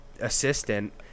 assistant